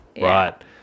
right